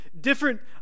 different